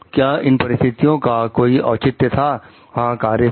क्या इन परिस्थितियों का कोई औचित्य था हां कार्य था